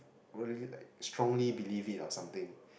what do you like strongly believe it or something